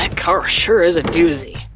and car sure is a doozy.